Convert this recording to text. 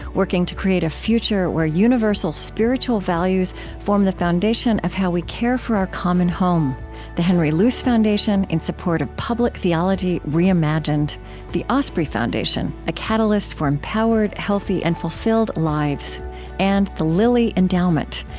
working to create a future where universal spiritual values form the foundation of how we care for our common home the henry luce foundation, in support of public theology reimagined the osprey foundation, a catalyst for empowered, healthy, and fulfilled lives and the lilly endowment,